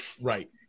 Right